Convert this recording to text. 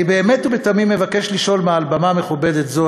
אני באמת ובתמים מבקש לשאול מעל במה מכובדת זו,